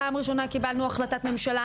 פעם ראשונה קבלנו החלטת ממשלה